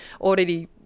already